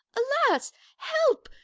alas help,